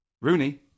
Rooney